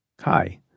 Hi